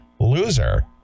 loser